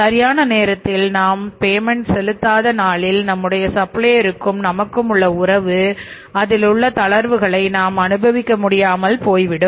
சரியான நேரத்தில் நாம் பேமெண்ட நமக்கும் உள்ள உறவு அதிலுள்ள தளர்வுகளை நாம் அனுபவிக்க முடியாமல் போய்விடும்